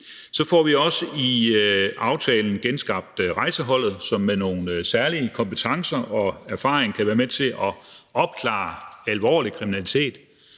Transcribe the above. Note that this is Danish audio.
Så får vi også i aftalen genskabt Rejseholdet, som med nogle særlige kompetencer og særlig erfaring kan være med til at opklare alvorlig og avanceret